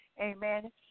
Amen